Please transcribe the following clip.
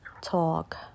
Talk